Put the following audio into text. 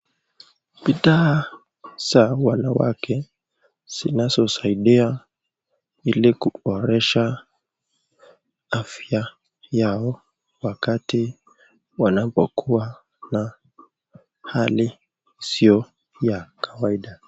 Bidhaa za wanawake, zinazosaidia ili kuboresha afya yao wakati wanapokuwa na hali isiyo ya kawaida